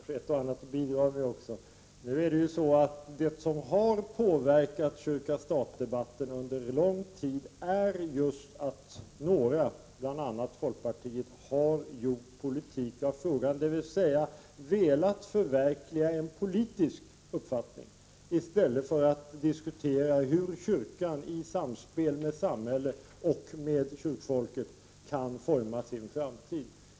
Herr talman! Om vi skall recensera har jag kanske ett och annat att bidra med också. Det som har påverkat kyrka-stat-debatten under lång tid är att några, bl.a. folkpartiet, har gjort politik av frågan, dvs. velat förverkliga en politisk uppfattning i stället för att diskutera hur kyrkan i samspel med samhälle och kyrkans folk kan forma sin framtid.